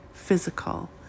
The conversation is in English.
physical